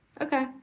Okay